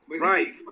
Right